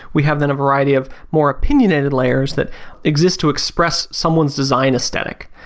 we have then a variety of more opinionated layers that exist to express someone's design aesthetic.